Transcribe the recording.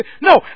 No